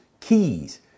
keys